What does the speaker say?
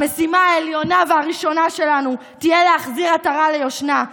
המשימה העליונה והראשונה שלנו תהיה להחזיר עטרה ליושנה,